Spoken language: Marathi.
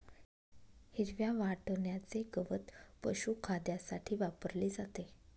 हिरव्या वाटण्याचे गवत पशुखाद्यासाठी वापरले जाते